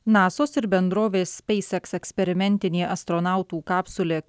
nasos ir bendrovės spacex eksperimentinė astronautų kapsulė